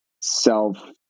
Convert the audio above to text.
self